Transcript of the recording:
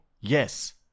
yes